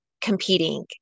competing